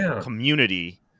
community